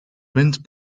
wind